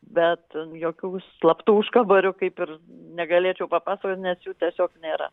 bet ten jokių slaptų užkaborių kaip ir negalėčiau papasakot nes jų tiesiog nėra